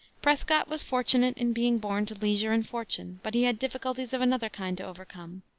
prescott was fortunate in being born to leisure and fortune, but he had difficulties of another kind to overcome.